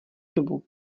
dobu